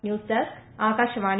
news desk Akashvani